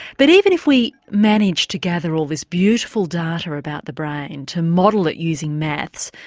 but even if we manage to gather all this beautiful data about the brain, to model it using maths,